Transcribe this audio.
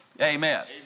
Amen